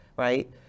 right